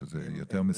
שזה יותר מסוכן.